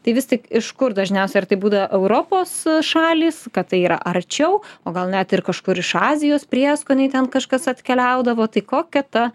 tai vis tik iš kur dažniausiai ar tai būdavo europos šalys kad tai yra arčiau o gal net ir kažkur iš azijos prieskoniai ten kažkas atkeliaudavo tai kokia ta